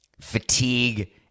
fatigue